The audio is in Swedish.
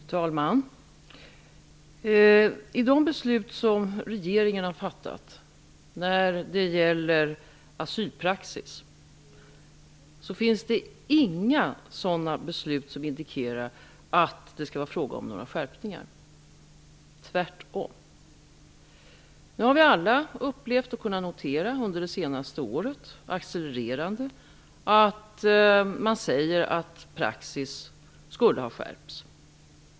Fru talman! I de beslut som regeringen har fattat när det gäller asylpraxis finns det inga beslut som indikerar att det är fråga om några skärpningar, tvärtom. Under det senaste året har vi alla kunnat notera att man säger att praxis har skärpts.